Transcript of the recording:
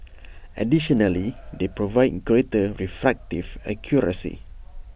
additionally they provide greater refractive accuracy